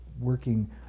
working